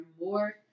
more